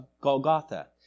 Golgotha